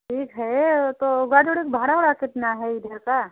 ठीक है वह तो गाड़ी उड़ी का भाड़ा उड़ा कितना है इधर का